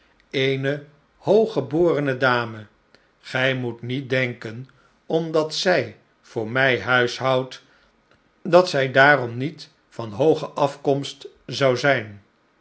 eene hooggeborene dame gij moet niet denken omdat zij voor mij huishoudt dat zij daarom niet van hooge afkomst zou zijn